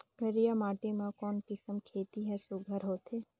करिया माटी मा कोन किसम खेती हर सुघ्घर होथे?